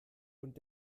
und